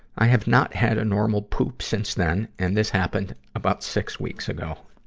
i have not had a normal poop since then, and this happened about six weeks ago.